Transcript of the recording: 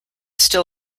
still